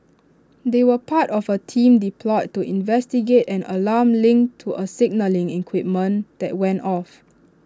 they were part of A team deployed to investigate an alarm linked to A signalling equipment that went off